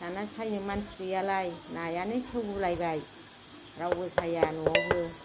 दाना सायनो मानसि गैयालाय नायानो सेवगुलायबाय रावबो साया न'आवबो